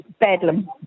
Bedlam